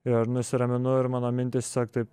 ir nusiraminu ir mano mintys siog taip